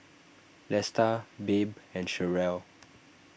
Lesta Babe and Cherelle